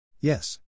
Yes